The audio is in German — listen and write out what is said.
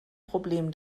problem